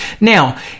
Now